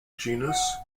genus